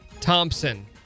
Thompson